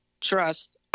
Trust